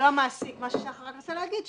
מה ששחר מנסה להגיד,